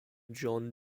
john